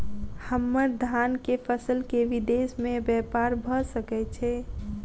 हम्मर धान केँ फसल केँ विदेश मे ब्यपार भऽ सकै छै?